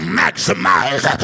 maximize